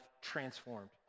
transformed